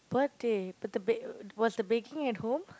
birthday but the ba~ was the baking at home